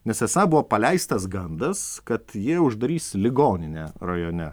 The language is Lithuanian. nes esą buvo paleistas gandas kad jie uždarys ligoninę rajone